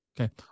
Okay